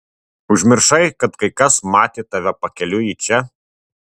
užmiršai kad kai kas matė tave pakeliui į čia